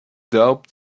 doubt